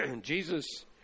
Jesus